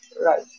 right